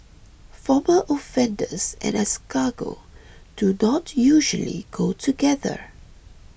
former offenders and escargot do not usually go together